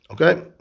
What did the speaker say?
Okay